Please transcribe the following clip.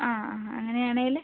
അ ആ അങ്ങനെയാണെങ്കിൽ